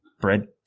bread